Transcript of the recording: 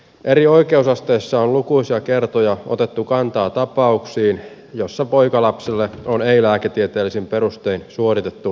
eri oikeusasteissa on lukuisia kertoja otettu kantaa tapauksiin joissa poikalapselle on ei lääketieteellisin perustein suoritettu ympärileikkaus